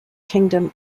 kingdom